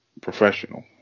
professional